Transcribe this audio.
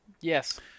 Yes